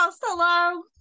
hello